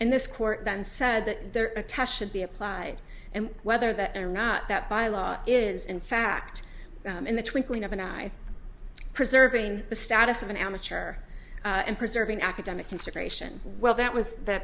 in this court and said that there should be applied and whether that or not that by law is in fact in the twinkling of an eye preserving the status of an amateur and preserving academic consideration well that was that